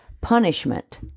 punishment